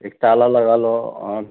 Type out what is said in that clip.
एक ताला लगा लो और